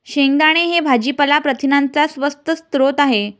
शेंगदाणे हे भाजीपाला प्रथिनांचा स्वस्त स्रोत आहे